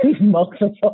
multiple